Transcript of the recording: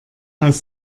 aus